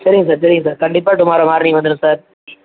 சரிங்க சார் சரிங்க சார் கண்டிப்பாக டுமாரோ மார்னிங் வந்துடும் சார்